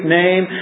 name